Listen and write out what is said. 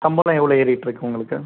சம்பளம் எவ்வளோ ஏறிட்டுருக்கு உங்களுக்கு